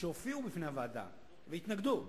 תלוי איזו תורה זו,